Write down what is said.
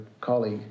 colleague